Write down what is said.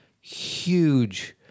huge